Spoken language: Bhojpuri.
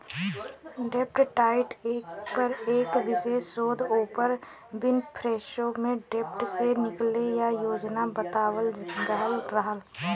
डेब्ट डाइट पर एक विशेष शोध ओपर विनफ्रेशो में डेब्ट से निकले क योजना बतावल गयल रहल